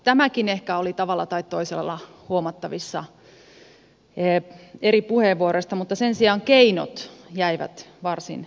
tämäkin ehkä oli tavalla tai toisella huomattavissa eri puheenvuoroista mutta sen sijaan keinot jäivät varsin epäselviksi